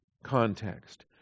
context